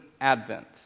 advent